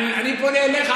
אני פונה אליך,